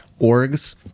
orgs